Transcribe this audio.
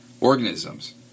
organisms